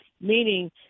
meaning